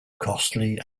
costly